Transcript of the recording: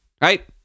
Right